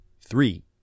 Three